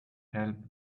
help